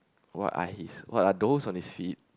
what are his what are those on his feet